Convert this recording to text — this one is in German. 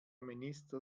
minister